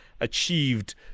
achieved